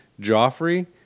Joffrey